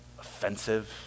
offensive